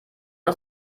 uns